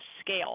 scale